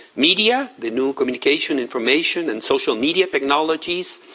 media, the new communication, information, and social media, technologies,